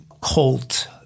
cult